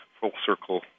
full-circle